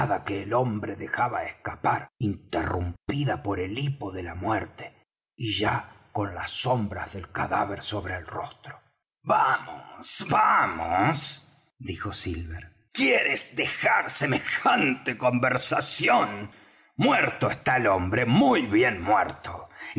que el hombre dejaba escapar interrumpida por el hipo de la muerte y ya con las sombras del cadáver sobre el rostro vamos vamos dijo silver quieres dejar semejante conversación muerto está el hombre muy bien muerto